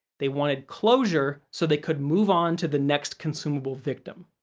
they wanted closure so they could move on to the next consumable victim.